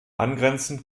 angrenzend